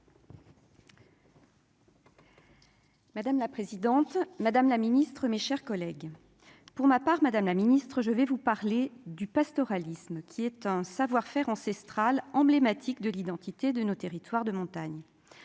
Madame la présidente, Madame la Ministre, mes chers collègues, pour ma part, Madame la Ministre, je vais vous parler du pastoralisme, qui est un savoir-faire ancestral emblématique de l'identité de nos territoires de montagne,